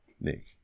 Nick